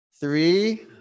three